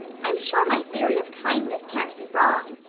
i'm sure my theory of kindness can't be wrong.